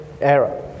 era